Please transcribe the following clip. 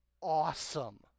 awesome